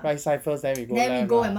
right side first then we go left lah